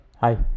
Hi